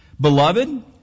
Beloved